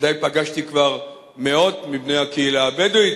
ודאי פגשתי כבר מאות מבני הקהילה הבדואית,